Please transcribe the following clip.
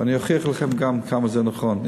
ואני אוכיח לכם גם כמה זה נכון,